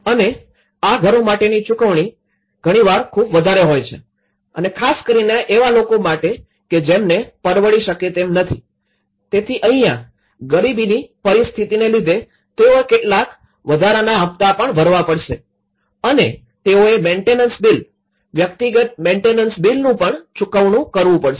અને આ ઘરો માટેની ચૂકવણી ઘણીવાર ખૂબ વધારે હોય છે અને ખાસ કરીને એવા લોકો માટે કે જેમને પરવડી શકે તેમ નથી તેથી અહીંયા ગરીબીની પરિસ્થિતિને લીધે તેઓએ કેટલાક વધારાના હપ્તા ભરવા પડશે અને તેઓએ મેન્ટેનન્સ બિલ વ્યક્તિગત મેન્ટેનન્સ બિલનું પણ ચૂકવવું પડશે